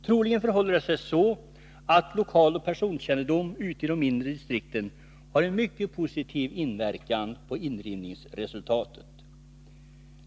Troligen förhåller det sig så att lokaloch personkännedom ute i de mindre distrikten har en mycket positiv inverkan på indrivningsresultatet.